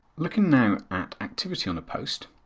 looking now at activity on a post,